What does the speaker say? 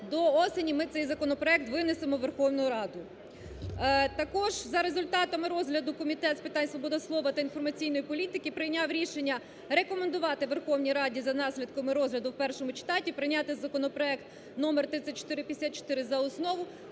до осені ми цей законопроект винесемо у Верховну Раду. Також за результатами розгляду Комітет з питань свободи слова та інформаційної політики прийняв рішення: рекомендувати Верховній Раді, за наслідками розгляду в першому читанні, прийняти законопроект (номер 3454) за основу.